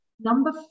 number